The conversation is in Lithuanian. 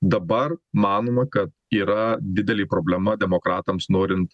dabar manoma kad yra didelė problema demokratams norint